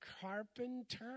Carpenter